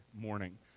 morning